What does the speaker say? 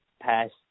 past